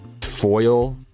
foil